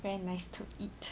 very nice to eat